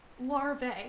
larvae